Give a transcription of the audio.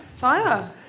Fire